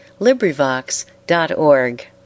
LibriVox.org